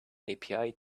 api